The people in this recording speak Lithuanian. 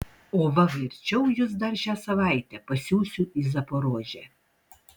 o va verčiau jus dar šią savaitę pasiųsiu į zaporožę